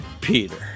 Peter